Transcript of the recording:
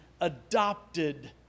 adopted